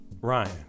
Ryan